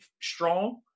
strong